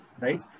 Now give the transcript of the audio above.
right